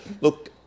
Look